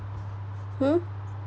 hmm